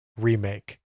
remake